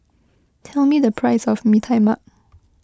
tell me the price of Mee Tai Mak